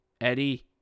Eddie